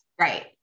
Right